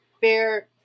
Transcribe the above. fair